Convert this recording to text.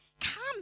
come